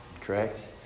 correct